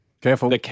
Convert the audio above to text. Careful